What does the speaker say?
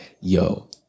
yo